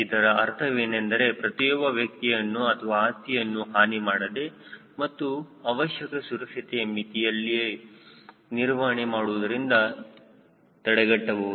ಇದರ ಅರ್ಥವೇನೆಂದರೆ ಪ್ರತಿಯೊಬ್ಬ ವ್ಯಕ್ತಿಯನ್ನು ಅಥವಾ ಆಸ್ತಿಯನ್ನು ಹಾನಿ ಮಾಡದೆ ಮತ್ತು ಅವಶ್ಯಕ ಸುರಕ್ಷತೆಯ ಮಿತಿಯಲ್ಲಿ ನಿರ್ವಹಣೆ ಮಾಡುವುದರಿಂದ ತಡೆಗಟ್ಟಬಹುದು